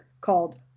called